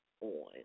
on